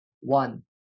one